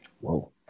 whoa